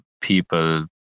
people